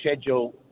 schedule